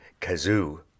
kazoo